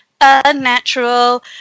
unnatural